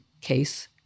case